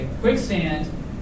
Quicksand